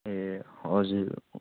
ए हजुर